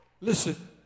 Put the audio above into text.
Listen